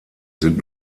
sind